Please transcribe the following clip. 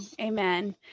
Amen